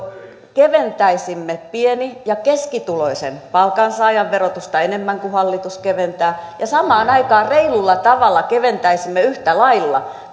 keventäisimme pieni ja keskituloisen palkansaajan verotusta enemmän kuin hallitus keventää ja samaan aikaan reilulla tavalla keventäisimme yhtä lailla